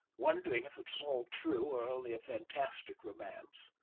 wondering if it was all true, or only a fantastic romance.